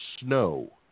snow